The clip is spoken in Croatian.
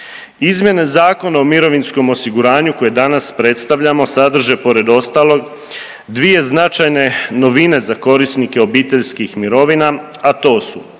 Izmjene Zakona o mirovinskom osiguranju koje danas predstavljamo sadrže pored ostalog dvije značajne novine za korisnike obiteljskih mirovina, a to su